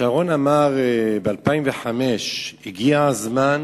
שרון אמר ב-2005: הגיע הזמן